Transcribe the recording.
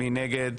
מי נגד?